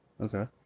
Okay